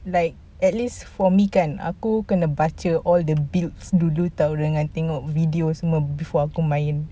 like at least for me kan aku kena baca all the builds dulu [tau] dengan tengok video semua before aku main